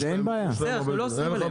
יש להם הרבה דברים,